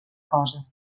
cosa